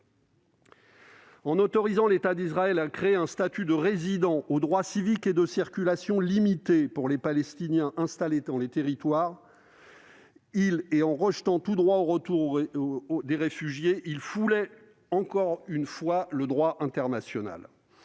En autorisant l'État d'Israël à créer un statut de résident, aux droits civiques et de circulation limités, pour les Palestiniens installés dans les territoires occupés ou annexés, et en rejetant tout droit au retour des réfugiés palestiniens, il foulait aux pieds, une fois encore, le droit international.